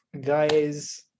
guys